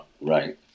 right